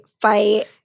fight